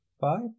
Five